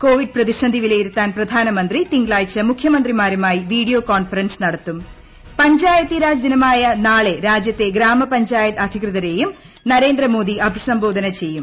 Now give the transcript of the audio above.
Covid പ്രതിസന്ധി വിലയിരുത്താൻ പ്രധാനമന്ത്രി തിങ്കളാഴ്ച മുഖ്യമന്ത്രിമാരുമായി വീഡിയോ കോൺഫറൻസ് നടത്തുംട് പഞ്ചായത്തീരാജ് ദിനമായ നാളെ രാജ്യത്തെ ഗ്രാമപഞ്ചായത്ത് അധികൃതരെയും നരേന്ദ്ര മോദി അഭിസ്ംബോധന ചെയ്യും